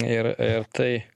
ir ir tai